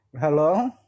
Hello